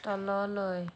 তললৈ